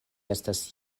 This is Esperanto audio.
estas